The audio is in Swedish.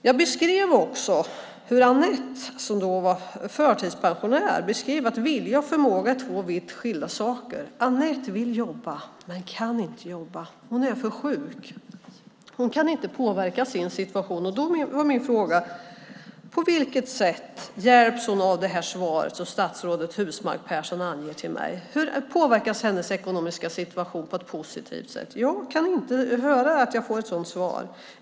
Jag berättade om Anette som är förtidspensionär och beskrev att vilja och förmåga är två vitt skilda saker. Anette vill jobba men kan inte. Hon är för sjuk. Hon kan inte påverka sin situation, och därför frågade jag: På vilket sätt hjälps hon av det svar som statsrådet Husmark Pehrsson ger till mig? Hur påverkas hennes ekonomiska situation på ett positivt sätt? Jag kan inte höra något sådant i svaret.